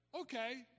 okay